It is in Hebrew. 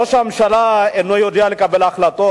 ראש הממשלה איננו יודע לקבל החלטות.